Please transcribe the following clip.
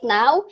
now